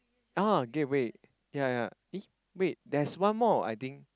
oh Gateway yea yea eh wait there's one more I think